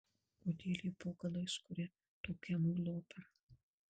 kodėl ji po galais kuria tokią muilo operą